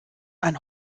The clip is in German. ein